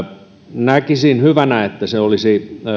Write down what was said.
näkisin hyvänä että se olisi